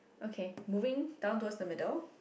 okay moving down towards the middle